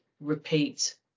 repeat